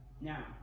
Now